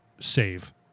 save